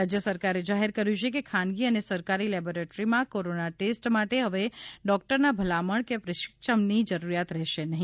રાજ્ય સરકારે જાહેર કર્યું છે કે ખાનગી કે સરકારી લેબોરેટરીમાં કોરોના ટેસ્ટ માટે હવે ડોકટરના ભલામણ કે પ્રિસ્ક્રીપ્શનની જરૂરીયાત રહેશે નહી